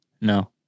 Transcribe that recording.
No